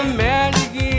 magic